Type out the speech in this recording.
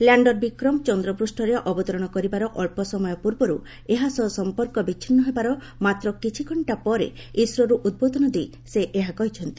ଲ୍ୟାଣର୍ ବିକ୍ରମ ଚନ୍ଦ୍ରପୂଷ୍ଠରେ ଅବତରଣ କରିବାର ଅଳ୍ପ ସମୟ ପୂର୍ବରୁ ଏହା ସହ ସମ୍ପର୍କ ବିଚ୍ଛିନ୍ନ ହେବାର ମାତ୍ର କିଛି ଘକ୍ଷା ପରେ ଇସ୍ରୋରୁ ଉଦ୍ବୋଧନ ଦେଇ ସେ ଏହା କହିଛନ୍ତି